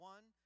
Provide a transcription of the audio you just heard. One